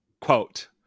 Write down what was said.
quote